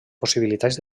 possibilitats